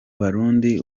barundi